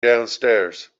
downstairs